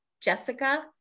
Jessica